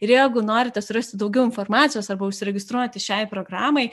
ir jeigu norite surasti daugiau informacijos arba užsiregistruoti šiai programai